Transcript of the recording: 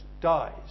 dies